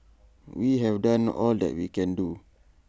we have done all that we can do